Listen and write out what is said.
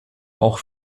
auch